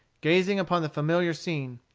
gazing upon the familiar scene,